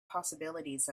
possibilities